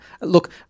Look